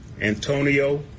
Antonio